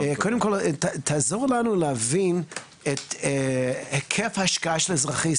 כל תהליכי התכנון עברו את כל התהליכים המסודרים.